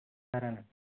సరే అండి